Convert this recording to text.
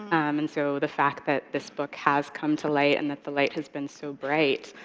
and so the fact that this book has come to light and that the light has been so bright,